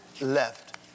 left